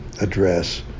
address